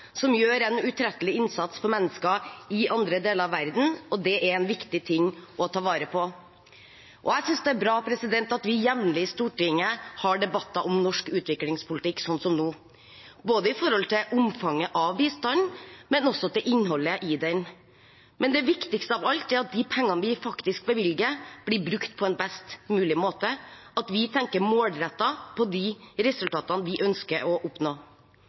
som gjør en utrettelig innsats for mennesker i andre deler av verden. Det er det viktig å ta vare på. Jeg synes det er bra at vi i Stortinget jevnlig har debatter om norsk utviklingspolitikk, sånn som nå, både når det gjelder omfanget av bistanden og innholdet i den. Men det viktigste av alt er at de pengene vi faktisk bevilger, blir brukt på en best mulig måte, at vi tenker målrettet på de resultatene vi ønsker å oppnå.